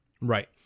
Right